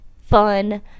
fun